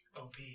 OP